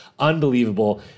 unbelievable